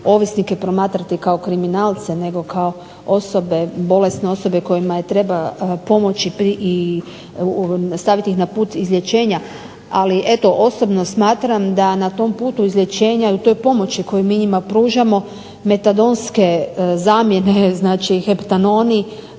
ovisnike promatrati kao kriminalce, nego kao bolesne osobe kojima treba pomoći i staviti ih na put izlječenja. Ali osobno smatram da na tom putu izlječenja i u toj pomoći koju mi njima pružamo metadonske zamjene znači heptanoni